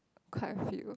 quite a few